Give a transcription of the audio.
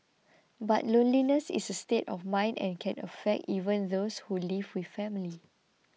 but loneliness is a state of mind and can affect even those who live with family